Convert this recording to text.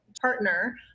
partner